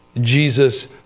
Jesus